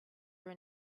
were